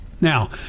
Now